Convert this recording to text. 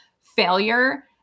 failure